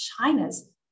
China's